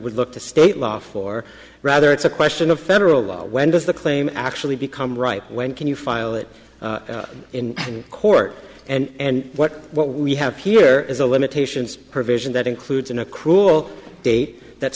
would look to state law for rather it's a question of federal law when does the claim actually become ripe when can you file it in court and what we have here is the limitations provision that includes in a cruel date that